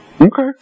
Okay